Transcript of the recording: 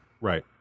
Right